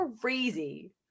crazy